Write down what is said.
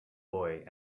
boy